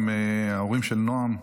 עם ההורים של נועם,